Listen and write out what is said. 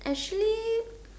actually